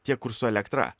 tie kur su elektra